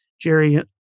Jerry